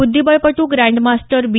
बुद्धीबळपटू grandmaster बी